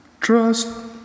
trust